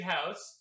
House